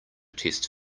test